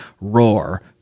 ROAR